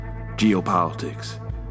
geopolitics